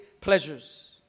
pleasures